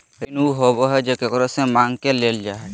ऋण उ होबा हइ जे केकरो से माँग के लेल जा हइ